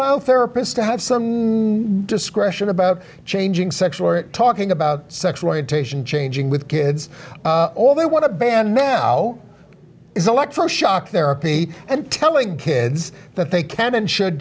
while therapist to have some discretion about changing sexual talking about sexual orientation changing with kids all they want to ban now is electro shock therapy and telling kids that they can and should